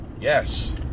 yes